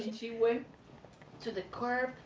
she went to the curb,